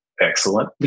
excellent